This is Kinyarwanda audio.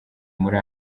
muri